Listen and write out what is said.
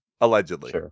allegedly